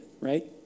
right